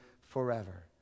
forever